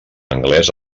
anglès